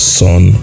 son